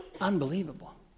Unbelievable